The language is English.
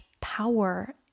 power